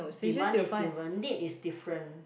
demand is different need is different